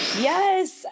Yes